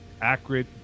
accurate